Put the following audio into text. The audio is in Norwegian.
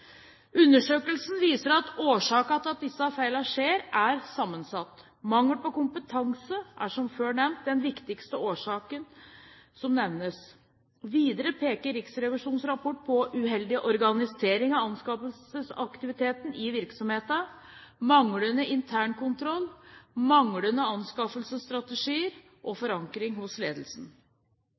Undersøkelsen viser at årsakene til at disse feilene skjer, er sammensatt. Mangel på kompetanse er, som før nevnt, den viktigste årsaken. Videre peker Riksrevisjonens rapport på uheldig organisering av anskaffelsesaktiviteten i virksomhetene, manglende intern kontroll, manglende anskaffelsesstrategier og forankring hos ledelsen.